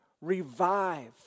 revive